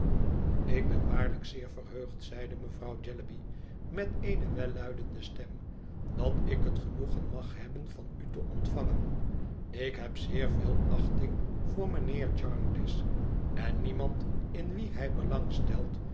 ik ben waarlijk zeer verheugd zeide mevrouw jellyby met ëene welluidende stem dat ik het genoegen mag hebben van u te ontvangen ik heb zeer veel achting voor mijnheer jarndyce en niemand in wien hij belang stelt